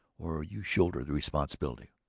or you shoulder the responsibility.